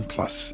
Plus